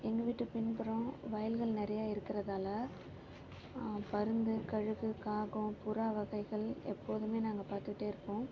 எங்கள் வீட்டு பின்புறம் வயல்கள் நிறைய இருக்கறதால் பருந்து கழுகு காகம் புறா வகைகள் எப்போதுமே நாங்கள் பார்த்துட்டே இருப்போம்